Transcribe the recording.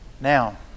Now